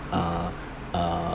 uh uh